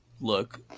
look